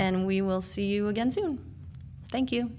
and we will see you again soon thank you